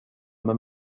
med